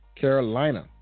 Carolina